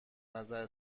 نظر